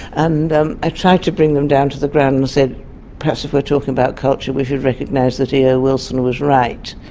and i tried to bring them down to the ground and said perhaps if we're talking about culture we should recognise that eo wilson was right,